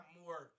more